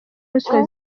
ruswa